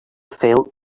felt